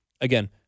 Again